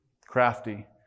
Crafty